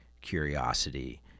curiosity